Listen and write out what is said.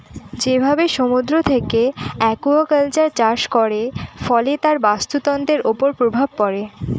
যেভাবে সমুদ্র থেকে একুয়াকালচার চাষ করে, ফলে তার বাস্তুতন্ত্রের উপর প্রভাব পড়ে